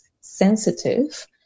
sensitive